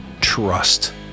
trust